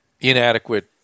inadequate